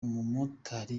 umumotari